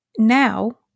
Now